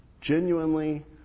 Genuinely